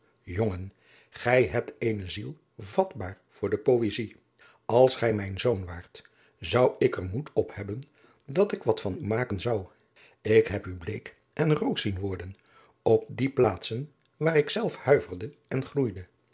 jongen gij hebt eene ziel vatbaar voor de poëzij als gij mijn zoon waart zou ik er moed op hebben dat ik wat van u maken zou ik heb u bleek en rood zien worden op die plaatsen waar ik zelf huiverde en gloeide